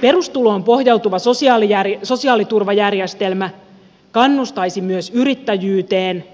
perustuloon pohjautuva sosiaaliturvajärjestelmä kannustaisi myös yrittäjyyteen